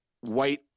white